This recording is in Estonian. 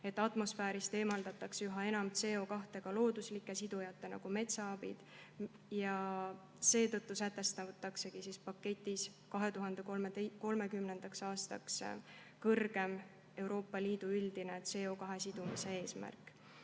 et atmosfäärist eemaldataks üha enam CO2selliste looduslike sidujate nagu metsa abil. Seetõttu sätestataksegi paketis 2030. aastaks kõrgem Euroopa Liidu üldine CO2sidumise eesmärk.